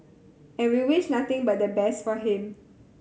and we'll wish nothing but the best for him